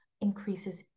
increases